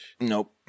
Nope